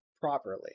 properly